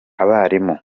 abarimu